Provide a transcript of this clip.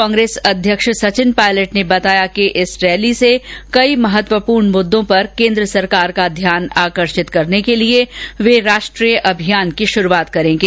कांग्रेस के प्रदेश अध्यक्ष सचिन पायलट ने बताया कि इस रैली से कई महत्वपूर्ण मुद्दों पर केंद्र सरकार का ध्यान आकर्षिक करने के लिए वे राष्ट्रीय अभियान की शुरूआत करेंगे